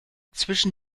zwischen